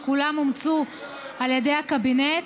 וכולן אומצו על ידי הקבינט.